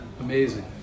Amazing